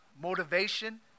motivation